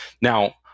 Now